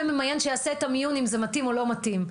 ממיין שיעשה את המיון אם זה מתאים או לא מתאים.